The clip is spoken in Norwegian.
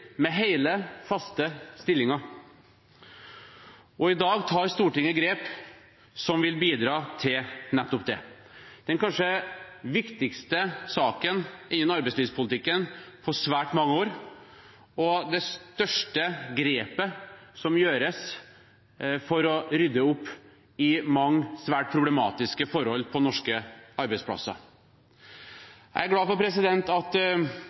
med hele, faste stillinger, og i dag tar Stortinget grep som vil bidra til nettopp det. Dette er den kanskje viktigste saken innen arbeidslivspolitikken på svært mange år og det største grepet som gjøres for å rydde opp i mange svært problematiske forhold på norske arbeidsplasser. Jeg er glad for at